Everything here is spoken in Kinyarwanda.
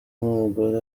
n’umugore